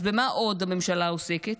אז במה עוד הממשלה עוסקת?